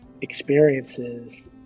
experiences